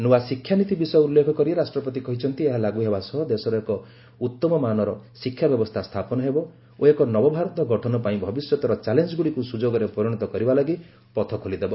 ନ୍ତ୍ରଆ ଶିକ୍ଷାନୀତି ବିଷୟ ଉଲ୍ଲ୍ରେଖ କରି ରାଷ୍ଟ୍ରପତି କହିଚ୍ଚନ୍ତି ଏହା ଲାଗୁହେବା ସହ ଦେଶର ଏକ ଉତ୍ତମମାନର ଶିକ୍ଷା ବ୍ୟବସ୍ଥା ସ୍ଥାପନ ହେବ ଓ ଏକ ନବଭାରତ ଗଠନ ପାଇଁ ଭବିଷ୍ୟତର ଚ୍ୟାଲେଞ୍ଜଗୁଡ଼ିକୁ ସୁଯୋଗରେ ପରିଣତ କରିବା ଲାଗି ପଥ ଖୋଲିଦେବ